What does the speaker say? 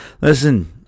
Listen